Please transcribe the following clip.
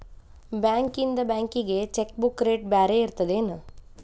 ಬಾಂಕ್ಯಿಂದ ಬ್ಯಾಂಕಿಗಿ cheque book rate ಬ್ಯಾರೆ ಇರ್ತದೇನ್